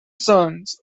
sons